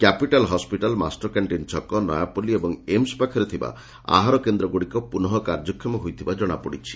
capital Hospital Master Canteen ଛକ ନୟାପଲ୍ଲି ଏବଂ AIIMS ପାଖରେ ଥିବା ଆହାରକେନ୍ଦ୍ରଗୁଡ଼ିକ ପୁନଃ କାର୍ଯ୍ୟକ୍ଷମ ହୋଇଥିବା ଜଣାପଡ଼ିଛି